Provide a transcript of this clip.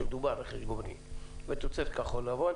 כשמדובר על רכש גומלין ועל תוצרת כחול לבן,